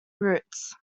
roots